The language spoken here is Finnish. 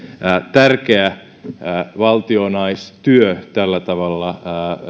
tärkeä valtionaistyö tällä tavalla